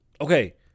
okay